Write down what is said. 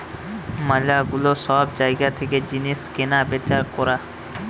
ম্যালা গুলা সব জায়গা থেকে জিনিস কেনা বেচা করা